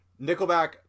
Nickelback